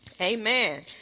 amen